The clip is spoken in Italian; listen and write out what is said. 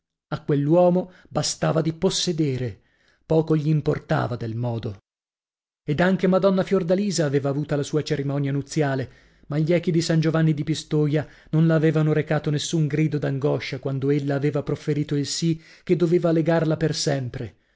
a quell'uomo bastava di possedere poco gl'importava del modo ed anche madonna fiordalisa aveva avuta la sua cerimonia nuziale ma gli echi di san giovanni di pistoia non la avevano recato nessun grido d'angoscia quando ella aveva profferito il sì che doveva legarla per sempre